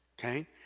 Okay